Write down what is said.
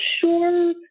sure